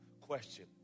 Question